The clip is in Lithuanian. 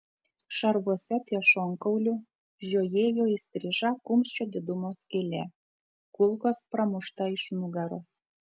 šarvuose ties šonkauliu žiojėjo įstriža kumščio didumo skylė kulkos pramušta iš nugaros